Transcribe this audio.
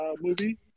movie